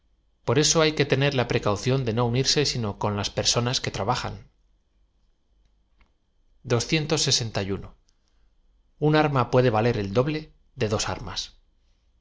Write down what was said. por eso h ay que tener la precaución de no unirse sino con las personas que trabajan n arma puede valer t i doble de dos arma